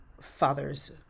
father's